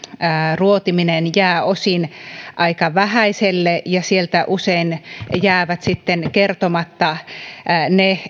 ruotiminen jää osin aika vähäiselle ja sieltä usein jäävät sitten kertomatta ne